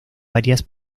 varias